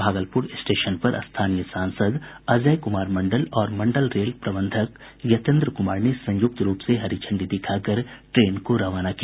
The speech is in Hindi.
भागलपुर स्टेशन पर स्थानीय सासंद अजय कुमार मंडल और मंडल रेल प्रबंधक यतेन्द्र कुमार ने संयुक्त रुप से हरी झंडी दिखाकर ट्रेन को रवाना किया